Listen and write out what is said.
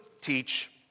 teach